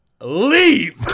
leave